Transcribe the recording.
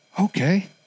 okay